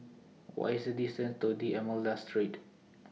What IS The distance to D'almeida Street